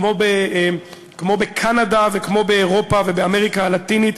כמו בקנדה וכמו באירופה ובאמריקה הלטינית,